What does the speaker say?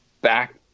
back